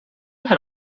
had